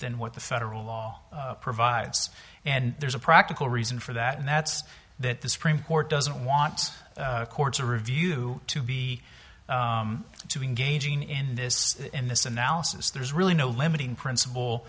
than what the federal law provides and there's a practical reason for that and that's that the supreme court doesn't want a court to review to be to engaging in this in this analysis there's really no limiting principle